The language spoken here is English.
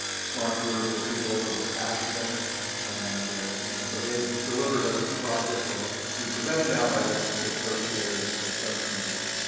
smart group of people that were passionate passionate and and so they delivered us a project that will be presented now by the the co-chairs of the subcommittees.